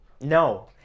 No